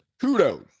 Kudos